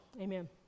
amen